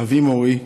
אבי מורי,